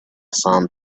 sand